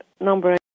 number